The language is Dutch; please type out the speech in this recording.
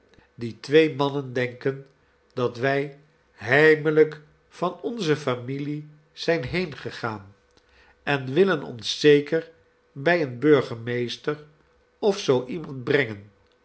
die twee mannen denken dat wij heimelijk van onze familie zijn heengegaan en willen ons zeker bij een burgemeester of zoo iemand brengen